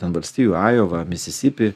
ten valstijų ajova misisipi